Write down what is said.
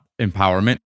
empowerment